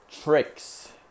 tricks